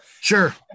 Sure